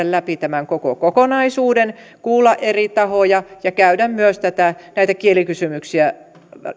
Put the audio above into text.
läpi tämän koko kokonaisuuden kuulla eri tahoja ja käydä myös näitä kielikysymyksiä